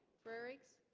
frerichs